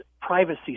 privacy